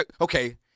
Okay